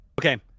Okay